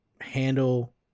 handle